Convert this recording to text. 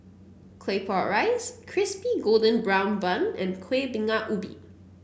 Claypot Rice Crispy Golden Brown Bun and Kueh Bingka Ubi